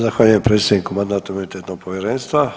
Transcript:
Zahvaljujem predsjedniku Mandatno-imunitetnog povjerenstva.